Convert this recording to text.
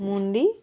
ମୁଣ୍ଡି